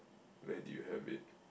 where did you have it